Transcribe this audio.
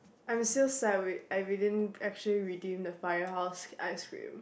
I'm still we we didn't redeem actually redeem the firehouse ice cream